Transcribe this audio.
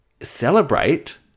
celebrate